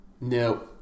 No